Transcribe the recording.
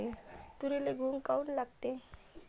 तुरीले घुंग काऊन लागते?